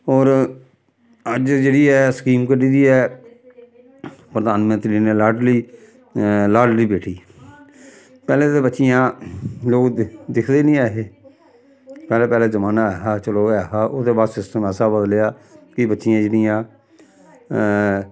होर अज्ज जेह्ड़ी ऐ स्कीम कड्ढी दी ऐ प्रधानमंत्री ने लाडली बेटी पैह्लें ते बच्चियां लोग दिखदे निं है हे पैह्लें पैह्लें जमान्ना है हा चलो है हा ओह्दे बाद सिस्टम ऐसा बदलेआ कि बच्चियां जेह्ड़ियां